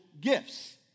gifts